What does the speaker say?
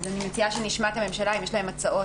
אני מציעה שנשמע את הממשלה, אם יש להם הצעות.